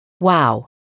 wow